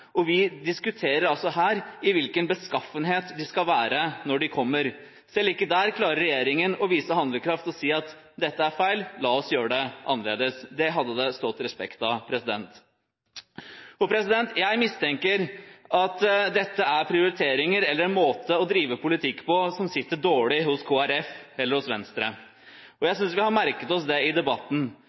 skal være når de kommer. Selv ikke der klarer regjeringen å vise handlekraft og si at dette er feil, la oss gjøre det annerledes. Det hadde det stått respekt av. Jeg mistenker at dette er prioriteringer, eller en måte å drive politikk på, som sitter dårlig hos Kristelig Folkeparti og hos Venstre. Jeg synes vi har merket oss det i debatten.